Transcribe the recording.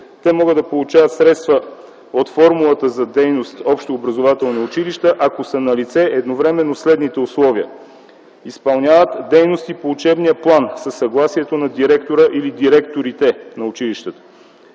Те могат да получават средства от формулата за дейност „общообразователни училища”, ако са на лице едновременно следните условия: изпълняват дейности по учебния план със съгласието на директора или директорите на училищата.